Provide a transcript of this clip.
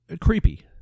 creepy